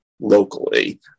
locally